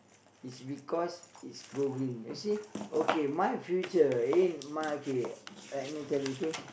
is because is go green actually okay my future in my okay let me tell you okay